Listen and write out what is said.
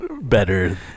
better